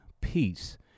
peace